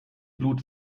blut